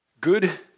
good